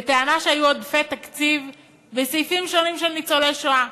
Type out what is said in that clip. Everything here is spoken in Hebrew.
בטענה שהיו עודפי תקציב בסעיפים שונים של ניצולי שואה.